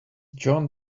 jon